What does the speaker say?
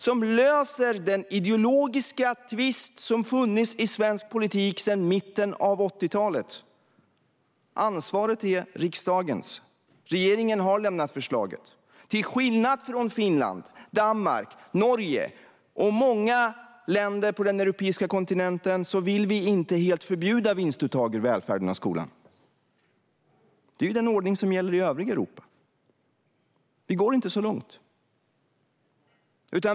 Det löser den ideologiska tvist som funnits i svensk politik sedan mitten av 80-talet. Ansvaret är riksdagens. Regeringen har lämnat förslaget. Till skillnad från Finland, Danmark och Norge och många länder på den europeiska kontinenten vill vi inte helt förbjuda vinstuttag ur välfärden och skolan. Det är den ordning som gäller i övriga Europa. Vi går inte så långt.